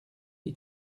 qui